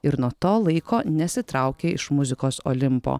ir nuo to laiko nesitraukia iš muzikos olimpo